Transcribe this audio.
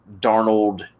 Darnold